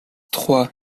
trois